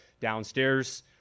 downstairs